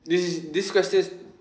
this is this question is